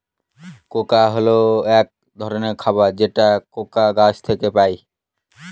cocoa হল এক ধরনের খাবার যেটা কোকো গাছ থেকে পায়